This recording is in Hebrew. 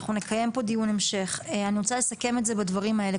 אנחנו נקיים פה דיון המשך אני רוצה לסכם את זה בדברים האלה,